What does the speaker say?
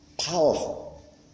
Powerful